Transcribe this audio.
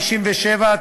157),